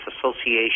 association